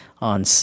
on